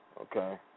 Okay